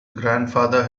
grandfather